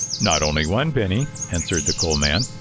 not only one penny, answered the coal man.